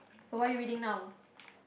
so what are you reading now